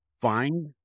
find